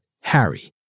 Harry